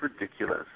ridiculous